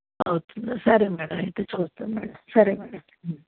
okay సరే madam అయితే చూస్తాను మ్యాడమ్ సరే మ్యాడమ్